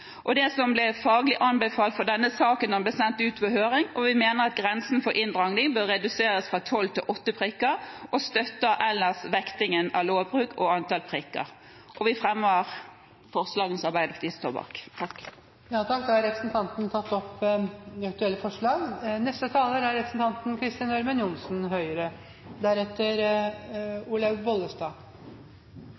og det som ble faglig anbefalt for denne saken da den ble sendt ut på høring. Vi mener at grensen for inndragning bør reduseres fra tolv til åtte prikker og støtter ellers vektingen av lovbrudd og antall prikker. Jeg fremmer forslaget som Arbeiderpartiet har sammen med Kristelig Folkeparti, Senterpartiet og Sosialistisk Venstreparti. Representanten Ruth Grung har tatt opp